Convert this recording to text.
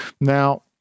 Now